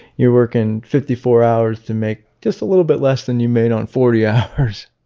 you're working fifty four hours to make just a little bit less than you made on forty hours.